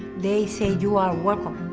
they say, you are welcome.